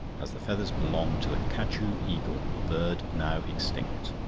as the feathers belonged to the kachu eagle a bird now extinct.